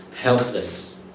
helpless